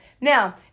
Now